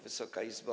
Wysoka Izbo!